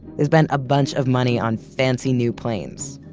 they spent a bunch of money on fancy new planes,